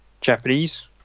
Japanese